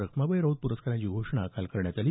रखमाबाई राऊत पुरस्कारांची घोषणा काल करण्यात आली